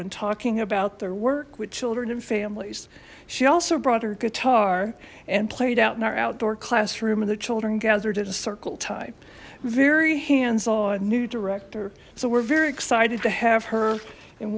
when talking about their work with children and families she also brought her guitar and played out in our outdoor classroom and the children gathered in a circle type very hands on a new director so we're very excited to have her in